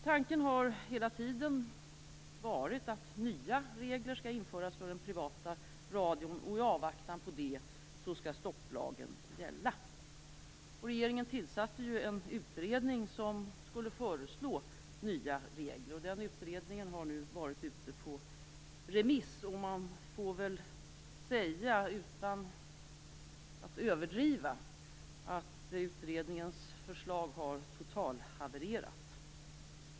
Tanken har hela tiden varit att nya regler skall införas för den privata radion. I avvaktan på det skall stopplagen gälla. Regeringen tillsatte ju en utredning som skulle föreslå nya regler. Den utredningen har nu varit ute på remiss. Utan att överdriva kan man väl säga att utredningens förslag har totalhavererat.